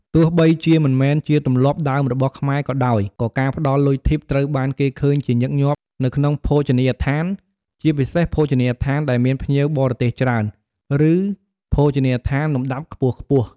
ទោះបីជាមិនមែនជាទម្លាប់ដើមរបស់ខ្មែរក៏ដោយ ក៏ការផ្ដល់លុយធីបត្រូវបានគេឃើញជាញឹកញាប់នៅក្នុងភោជនីយដ្ឋាន ជាពិសេសភោជនីយដ្ឋានដែលមានភ្ញៀវបរទេសច្រើន ឬភោជនីយដ្ឋានលំដាប់ខ្ពស់ៗ។